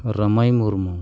Ramai Murmu